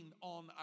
on